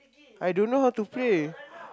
I don't know how to play